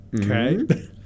Okay